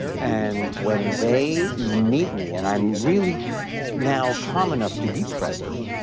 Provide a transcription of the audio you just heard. and when they meet me, and i'm really now calm enough to be present,